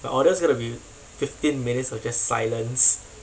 my audio's gonna be fifteen minutes of just silence